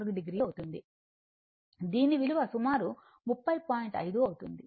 4o అవుతుంది దీని విలువ సుమారు 30